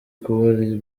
kubura